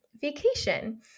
vacation